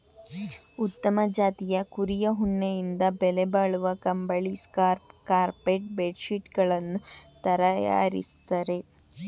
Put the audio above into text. ಉತ್ತಮ ಜಾತಿಯ ಕುರಿಯ ಉಣ್ಣೆಯಿಂದ ಬೆಲೆಬಾಳುವ ಕಂಬಳಿ, ಸ್ಕಾರ್ಫ್ ಕಾರ್ಪೆಟ್ ಬೆಡ್ ಶೀಟ್ ಗಳನ್ನು ತರಯಾರಿಸ್ತರೆ